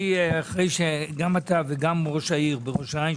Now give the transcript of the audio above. אחרי שגם אתה וגם ראש העיר ראש העין,